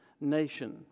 nation